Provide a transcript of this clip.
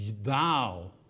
thou